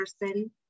person